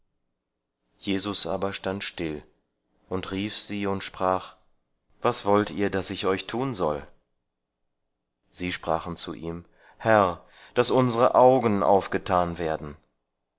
jesus aber stand still und rief sie und sprach was wollt ihr daß ich euch tun soll sie sprachen zu ihm herr daß unsere augen aufgetan werden